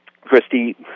Christy